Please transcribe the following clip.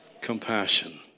Compassion